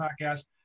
podcast